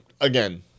again